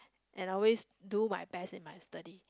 and I always do my best in my studies